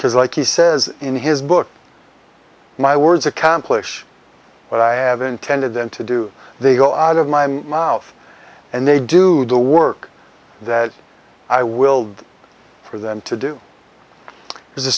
because like he says in his book my words accomplish what i have intended them to do they go out of my mouth and they do do work that i will do for them to do as a